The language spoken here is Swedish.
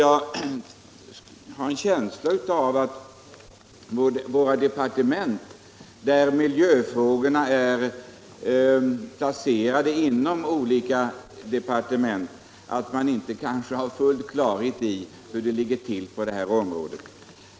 Jag har en känsla av att i den mån miljöfrågorna är placerade inom olika departement, har man inte heller där full klarhet i hur det ligger till.